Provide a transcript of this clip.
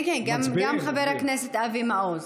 כן, גם חבר הכנסת אבי מעוז.